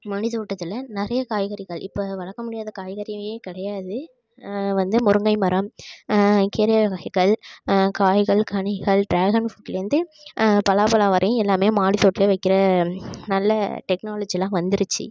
மாடித் தோட்டத்தில் நிறைய காய்கறிகள் இப்ப வளர்க்க முடியாத காய்கறியே கிடையாது வந்து முருங்கை மரம் கீரை வகைகள் காய்கள் கனிகள் டிராகன் ஃப்ரூட்லேருந்து பலாப்பழம் வரையும் எல்லாமே மாடித் தோட்டத்ததில் வைக்கிற நல்ல டெக்னாலஜியெலாம் வந்துடுச்சு